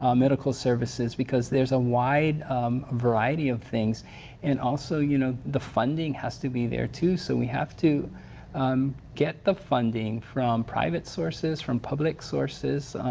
ah medical services because there's a wide variety of things and also, you know the funding has to be there too. so we have to um get the funding from private sources, from public sources,